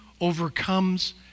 overcomes